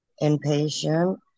Impatient